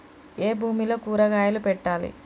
ఏ భూమిలో కూరగాయలు పెట్టాలి?